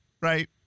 right